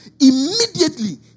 Immediately